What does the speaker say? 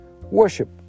worship